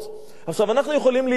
עכשיו, אנחנו יכולים להתעלם.